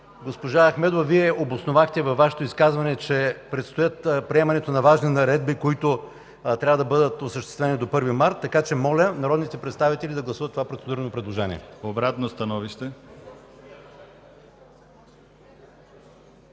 Госпожо Ахмедова, Вие обосновахте в изказването си, че предстои приемането на важни наредби, които трябва да бъдат осъществени до 1 март. Моля народните представители да гласуват това процедурно предложение. ПРЕДСЕДАТЕЛ